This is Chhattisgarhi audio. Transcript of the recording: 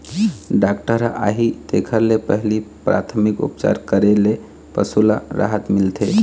डॉक्टर ह आही तेखर ले पहिली पराथमिक उपचार करे ले पशु ल राहत मिलथे